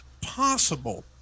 possible